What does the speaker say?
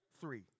three